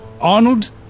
Arnold